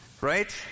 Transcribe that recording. Right